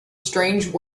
strange